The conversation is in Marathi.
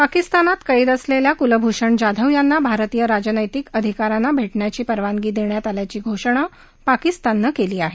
पाकिस्तानात कैद असलेल्या कुलभूषण जाधव यांना भारतीय राजनैतिक अधिकाऱ्यांना भेटण्याची परवानगी देण्यात आल्याची घोषणा पाकिस्ताननं केली आहे